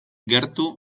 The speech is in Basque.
gertu